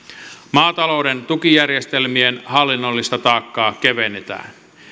maatalouden tukijärjestelmien hallinnollista taakkaa kevennetään